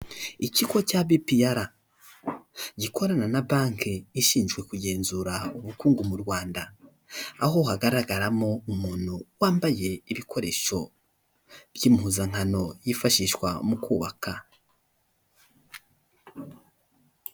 Ikigo cya bipiyara gikorana na banki ishinzwe kugenzura ubukungu mu Rwanda, aho hagaragaramo umuntu wambaye ibikoresho by'impuzankano, yifashishwa mu kubaka.